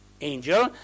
angel